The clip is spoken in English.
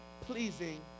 pleasing